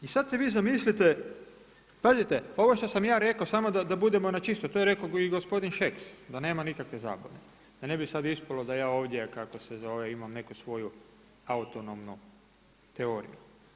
I sada se vi zamislite, pazite ovo što sam ja rekao samo da budemo na čisto, to je rekao i gospodin Šeks da nema nikakve zabune, da ne bi sada ispalo da ja ovdje kako se zove imam neku svoju autonomnu teoriju.